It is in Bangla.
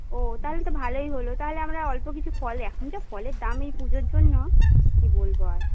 ও তাহলে তো ভালোই হলো তাহলে আমরা অল্প কিছু ফল এখন যা ফলের দাম এই পুজোর জন্য কী বলব আর